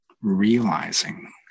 realizing